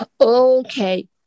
Okay